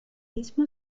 mismo